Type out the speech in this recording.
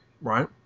right